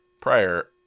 Prior